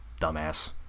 dumbass